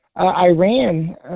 Iran